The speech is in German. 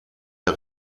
der